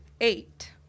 Eight